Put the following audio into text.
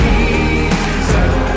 Jesus